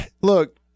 look